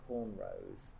cornrows